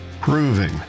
proving